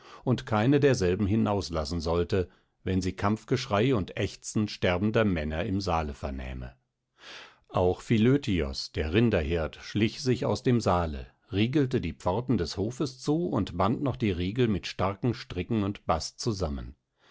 und keine derselben hinauslassen sollte wenn sie kampfgeschrei und ächzen sterbender männer im saale vernähme auch philötios der rinderhirt schlich sich aus dem saale riegelte die pforten des hofes zu und band noch die riegel mit starken stricken und bast zusammen